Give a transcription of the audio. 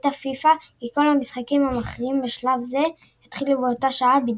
החליטה פיפ"א כי כל המשחקים המכריעים בשלב זה יתחילו באותה שעה בדיוק.